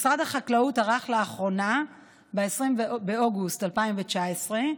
משרד החקלאות ערך לאחרונה, ב-20 באוגוסט 2019,